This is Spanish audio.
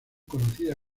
conocida